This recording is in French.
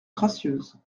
gracieuses